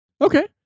Okay